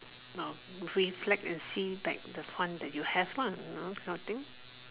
now reflect and see back the fun that you have lah you know this kind of thing